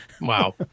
Wow